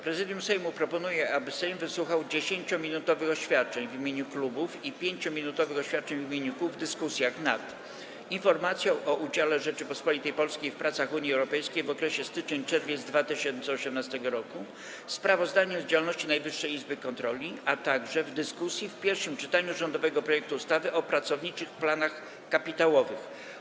Prezydium Sejmu proponuje, aby Sejm wysłuchał 10-minutowych oświadczeń w imieniu klubów i 5-minutowych oświadczeń w imieniu kół w: - dyskusjach nad: - informacją o udziale Rzeczypospolitej Polskiej w pracach Unii Europejskiej w okresie styczeń-czerwiec 2018 r., - sprawozdaniem z działalności Najwyższej Izby Kontroli, - dyskusji w pierwszym czytaniu rządowego projektu ustawy o pracowniczych planach kapitałowych.